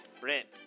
Brent